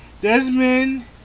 Desmond